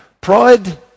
Pride